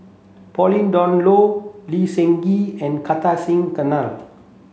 Pauline Dawn Loh Lee Seng Gee and Kartar Singh Thakral